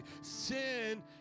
Sin